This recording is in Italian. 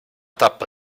tappa